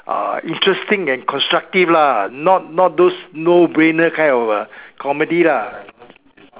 uh interesting and constructive lah not not those no brainer kind of comedy lah